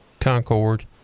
concord